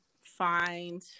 find –